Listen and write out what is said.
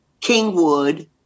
Kingwood